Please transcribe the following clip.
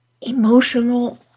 emotional